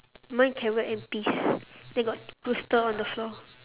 mine carrot and peas then got rooster on the floor